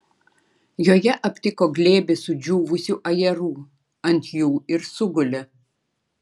joje aptiko glėbį sudžiūvusių ajerų ant jų ir sugulė